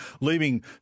Leaving